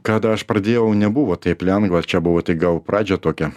kada aš pradėjau nebuvo taip lengva čia buvo tik gal pradžia tokia